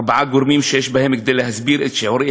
ארבעה גורמים שיש בהם כדי להסביר את שיעורי